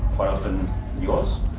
quite often yours,